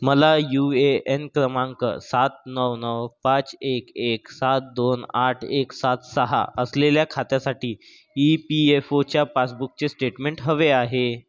मला U A N क्रमांक सात नऊ नऊ पाच एक एक सात दोन आठ एक सात सहा असलेल्या खात्यासाठी ई पी एफ ओच्या पासबुकचे स्टेटमेंट हवे आहे